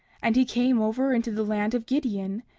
and he came over into the land of gideon,